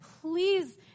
Please